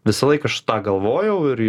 visąlaik aš tą galvojau ir